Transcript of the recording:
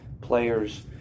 players